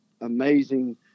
amazing